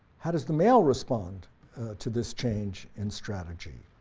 how does the male respond to this change in strategy?